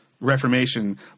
Reformation